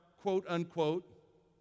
quote-unquote